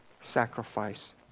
Sacrifice